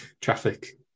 traffic